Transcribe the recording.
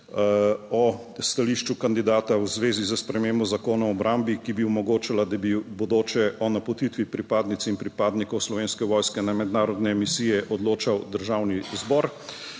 o stališču kandidata v zvezi s spremembo Zakona o obrambi, ki bi omogočala, da bi v bodoče o napotitvi pripadnic in pripadnikov Slovenske vojske na mednarodne misije odločal Državni zbor